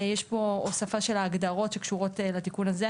יש פה הוספה של ההגדרות שקשורות לתיקון הזה,